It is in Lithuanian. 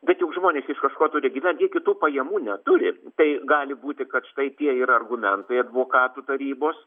bet juk žmonės iš kažko turi gyventi jie kitų pajamų neturi tai gali būti kad štai tie yra argumentai advokatų tarybos